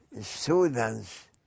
students